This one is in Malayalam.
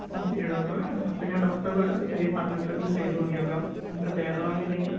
ആ ശരി ഡോക്ടർ അപ്പോൾ ഞാൻ ഡോക്ടർ പറഞ്ഞതുപോലെ ഒക്കെ ഒന്ന് ചെയ്തു നോക്കി നോക്കാം എന്നിട്ട് ഭേദമായില്ലെങ്കിൽ